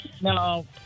No